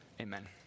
Amen